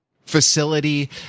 facility